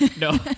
No